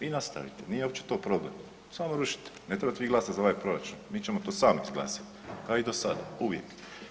Vi nastavite, nije uopće to problem, samo rušite, ne trebate vi glasati za ovaj proračun, mi ćemo to sami izglasati kao i dosada uvijek.